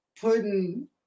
putting